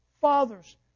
fathers